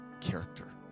character